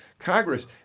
Congress